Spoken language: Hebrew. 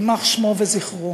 יימח שמו וזכרו.